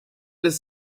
des